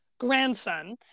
grandson